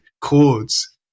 Chords